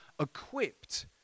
equipped